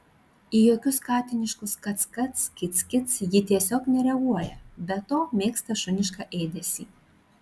į jokius katiniškus kac kac kic kic ji tiesiog nereaguoja be to mėgsta šunišką ėdesį